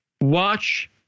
watch